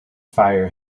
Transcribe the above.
fire